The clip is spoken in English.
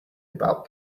about